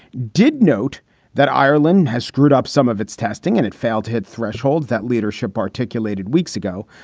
did note that ireland has screwed up some of its testing and it failed hit thresholds that leadership articulated weeks ago.